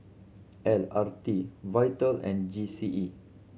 L R T Vital and G C E